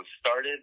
started